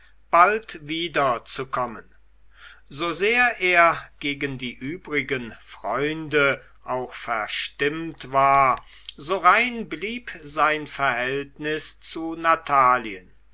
bald wiederzukommen so sehr er gegen die übrigen freunde auch verstimmt war so rein blieb sein verhältnis zu natalien